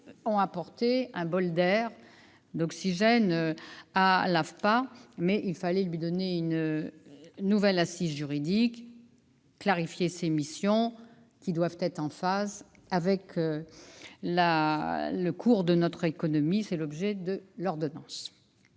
ont apporté un bol d'air à l'AFPA, mais il fallait lui donner une nouvelle assise juridique, clarifier ses missions, lesquelles doivent être en phase avec les mutations en cours dans notre économie. Tel est l'objet de l'ordonnance.